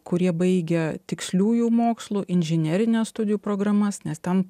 kurie baigę tiksliųjų mokslų inžinerines studijų programas nes ten